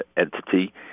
entity